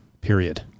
period